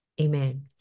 Amen